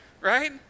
right